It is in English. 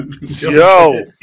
Yo